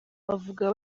bavuga